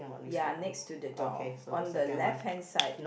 ya next to the door on the left hand side